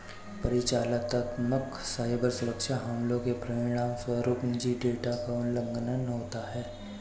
परिचालनात्मक साइबर सुरक्षा हमलों के परिणामस्वरूप निजी डेटा का उल्लंघन होता है